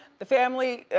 the family,